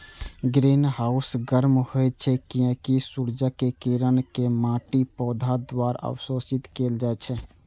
greenhouse गर्म होइ छै, कियैकि सूर्यक किरण कें माटि, पौधा द्वारा अवशोषित कैल जाइ छै